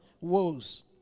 woes